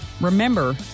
Remember